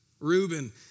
Reuben